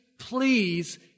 Please